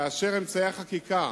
כאשר אמצעי החקיקה